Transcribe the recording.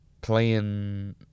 playing